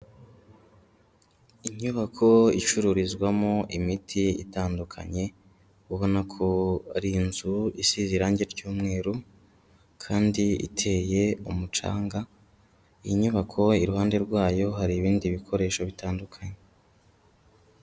Inyubako icururizwamo imiti itandukanye, ubona ko ari inzu isize irangi ry'umweru kandi iteye umucanga, inyubako iruhande rwayo hari ibindi bikoresho bitandukanye.